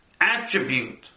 attribute